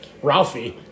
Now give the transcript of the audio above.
Ralphie